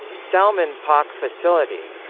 salman pak facility